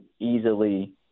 easily